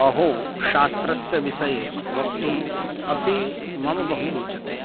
अहो शास्त्रस्य विषये वक्तुम् अपि मम बहु रोचते